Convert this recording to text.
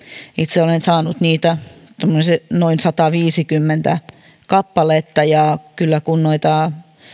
itse olen saanut niitä noin sataviisikymmentä kappaletta ja kun noita